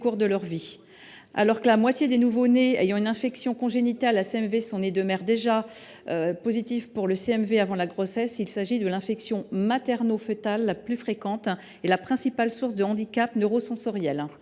le CMV. La moitié des nouveau nés souffrant d’une infection congénitale à CMV sont nés de mères déjà positives au CMV avant la grossesse : il s’agit de l’infection maternofœtale la plus fréquente et de la principale source de handicaps neurosensoriels.